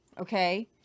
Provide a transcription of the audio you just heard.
okay